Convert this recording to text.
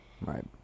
Right